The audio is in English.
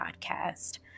podcast